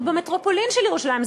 זאת אומרת, במטרופולין של ירושלים.